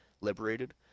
liberated